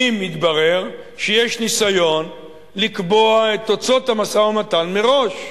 אם יתברר שיש ניסיון לקבוע את תוצאות המשא-ומתן מראש.